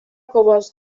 covers